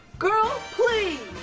girl please.